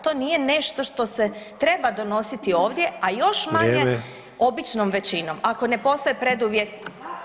To nije nešto što se treba donositi ovdje, a još manje [[Upadica: Vrijeme.]] običnom većinom, ako ne postoje preduvjeti.